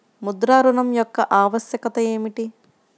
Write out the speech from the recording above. ముద్ర ఋణం యొక్క ఆవశ్యకత ఏమిటీ?